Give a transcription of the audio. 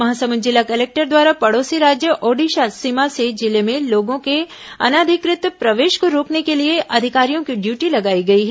महासमुंद जिला कलेक्टर द्वारा पड़ोसी राज्य ओडिशा सीमा से जिले में लोगों के अनाधिकृत प्रवेश को रोकने के लिए अधिकारियों की ड्यूटी लगाई गई है